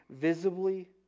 visibly